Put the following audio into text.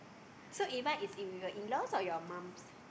so Eva is with your in law or your mom's